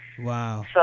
Wow